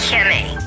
Kimmy